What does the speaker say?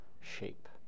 shape